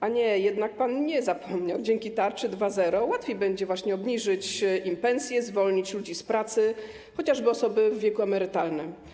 A nie, jednak pan nie zapomniał: dzięki tarczy 2.0 łatwiej będzie właśnie obniżyć im pensje, zwolnić ludzi z pracy, chociażby osoby w wieku emerytalnym.